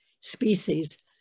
species